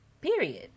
period